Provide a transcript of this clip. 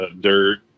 dirt